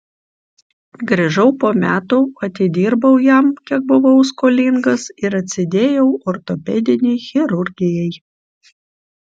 grįžau po metų atidirbau jam kiek buvau skolingas ir atsidėjau ortopedinei chirurgijai